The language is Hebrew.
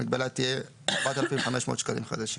המגבלה תהיה 4500 שקלים חדשים.